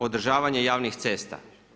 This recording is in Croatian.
Održavanje javnih cesta.